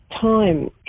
time